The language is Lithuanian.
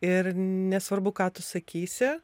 ir nesvarbu ką tu sakysi